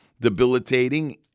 debilitating